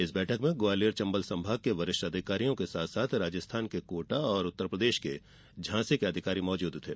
इस बैठक में ग्वालियर चंबल संभाग के वरिष्ठ अधिकारियों के साथ साथ राजस्थान के कोटा और उप्र के झांसी के अधिकारीा मौजूद थे